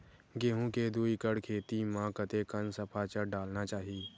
गेहूं के दू एकड़ खेती म कतेकन सफाचट डालना चाहि?